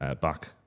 back